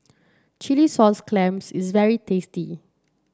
Chilli Sauce Clams is very tasty